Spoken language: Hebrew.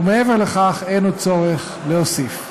ומעבר לכך אין עוד צורך להוסיף.